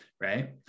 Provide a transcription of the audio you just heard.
right